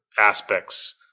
aspects